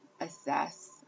assess